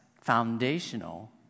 foundational